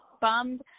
bummed